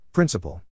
Principle